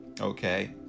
okay